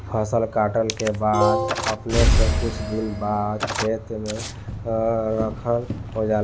फसल काटला के बाद अपने से कुछ दिन बाद खेत में खर हो जाला